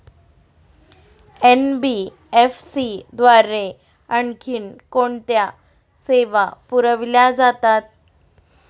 NBFC द्वारे आणखी कोणत्या सेवा पुरविल्या जातात?